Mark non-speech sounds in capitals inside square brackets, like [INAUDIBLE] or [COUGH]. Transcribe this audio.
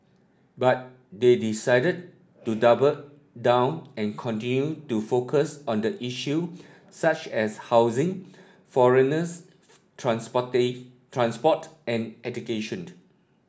but they decided to double down and continue to focus on the issue such as housing foreigners [UNINTELLIGIBLE] transport and education